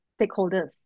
stakeholders